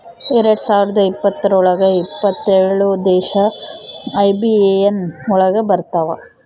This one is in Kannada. ಎರಡ್ ಸಾವಿರದ ಇಪ್ಪತ್ರೊಳಗ ಎಪ್ಪತ್ತೇಳು ದೇಶ ಐ.ಬಿ.ಎ.ಎನ್ ಒಳಗ ಬರತಾವ